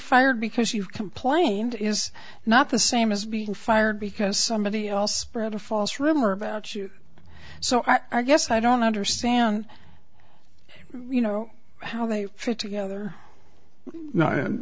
fired because you complained is not the same as being fired because somebody all spread a false rumor about you so i guess i don't understand you know how they fit together